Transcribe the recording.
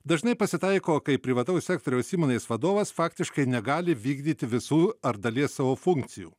dažnai pasitaiko kai privataus sektoriaus įmonės vadovas faktiškai negali vykdyti visų ar dalies savo funkcijų